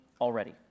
already